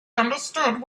understood